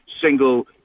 single